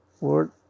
word